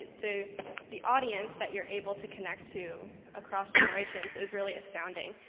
the the audience that you're able to connect to across the is really astounding.